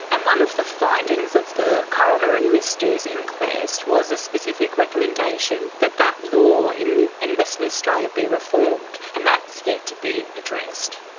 and one of the findings of the coroner in ms dhu's inquest was a specific recommendation that that law in in western australia be reformed, and that's yet to be addressed.